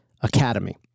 Academy